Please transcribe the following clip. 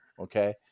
Okay